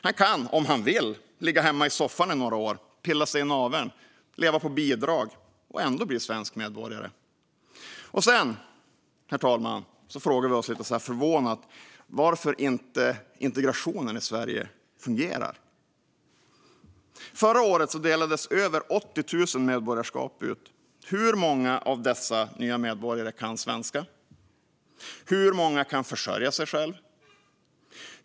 Han kan, om han vill, ligga hemma i soffan i några år, pilla sig i naveln, leva på bidrag och ändå bli svensk medborgare. Sedan, herr talman, frågar vi oss lite förvånat varför integrationen i Sverige inte fungerar. Förra året delades över 80 000 medborgarskap ut. Hur många av dessa nya medborgare kan svenska? Hur många kan försörja sig själva?